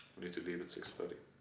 we need to leave at six but